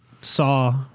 Saw